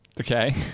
Okay